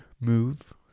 move